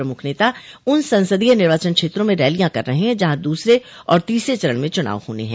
प्रमुख नेता उन संसदीय निर्वाचन क्षेत्रों में रैलियां कर रहे हैं जहां दूसरे और तीसरे चरण में चूनाव होने हैं